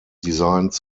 designed